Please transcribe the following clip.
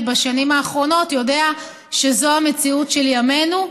בשנים האחרונות יודע שזו המציאות של ימינו.